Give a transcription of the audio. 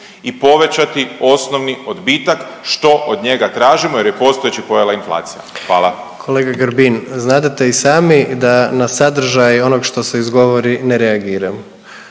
i povećati osnovni odbitak što od njega tražimo jer je postojeći pojela inflacija. Hvala. **Jandroković, Gordan (HDZ)** Kolega Grbin, znadete i sami da na sadržaj onog što se izgovori ne reagiram.